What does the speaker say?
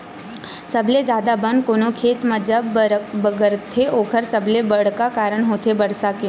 सबले जादा बन कोनो खेत म जब बगरथे ओखर सबले बड़का कारन होथे बरसा के